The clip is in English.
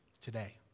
today